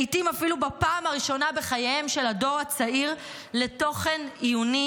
לעיתים אפילו בפעם הראשונה בחייו של הדור הצעיר לתוכן עיוני